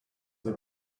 they